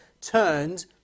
turned